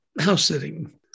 house-sitting